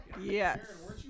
Yes